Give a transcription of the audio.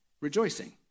rejoicing